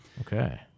Okay